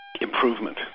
improvement